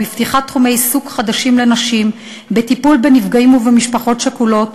בפתיחת תחומי עיסוק חדשים לנשים ובטיפול בנפגעים ובמשפחות שכולות.